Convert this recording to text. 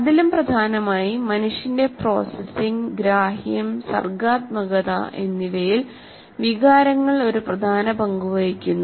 അതിലും പ്രധാനമായി മനുഷ്യന്റെ പ്രോസസ്സിംഗ് ഗ്രാഹ്യം സർഗ്ഗാത്മകത എന്നിവയിൽ വികാരങ്ങൾ ഒരു പ്രധാന പങ്ക് വഹിക്കുന്നു